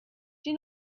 you